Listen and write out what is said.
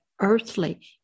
earthly